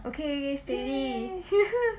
okay okay steady